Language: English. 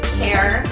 care